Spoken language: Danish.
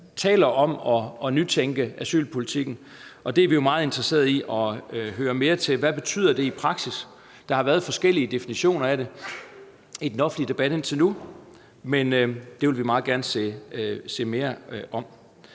handler om at nytænke asylpolitikken, og det er vi meget interesseret i at høre mere om. Hvad betyder det i praksis? Der har været forskellige definitioner af det i den offentlige debat indtil nu, men det vil vi meget gerne høre mere om.